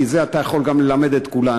כי את זה אתה יכול ללמד את כולנו.